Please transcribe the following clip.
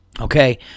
okay